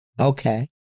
Okay